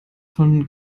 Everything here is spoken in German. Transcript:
von